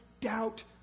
doubt